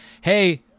Hey